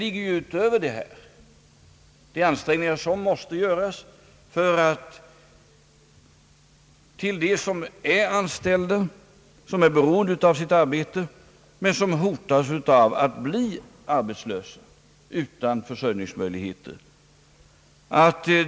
Vi måste göra ansträngningar för att skapa möjligheter till uppehälle åt de anställda, som är beroende av sitt arbete men hotas av att bli arbetslösa utan försörjningsmöjligheter.